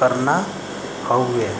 करना हउवे